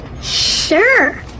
Sure